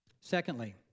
Secondly